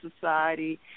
Society